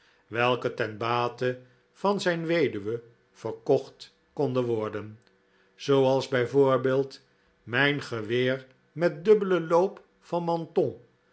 welke ten bate van zijn weduwe verkocht konden worden zooals bijvoorbeeld mijn geweer met dubbelen loop van manton